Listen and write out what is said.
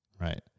Right